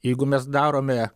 jeigu mes darome